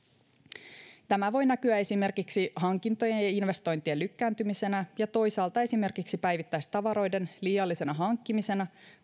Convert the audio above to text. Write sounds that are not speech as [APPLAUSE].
[UNINTELLIGIBLE] kehitykselle tämä voi näkyä esimerkiksi hankintojen ja investointien lykkääntymisenä ja toisaalta esimerkiksi päivittäistavaroiden liiallisena hankkimisena